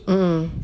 mm